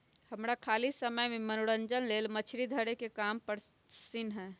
हमरा खाली समय में मनोरंजन लेल मछरी धरे के काम पसिन्न हय